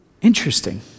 Interesting